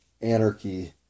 anarchy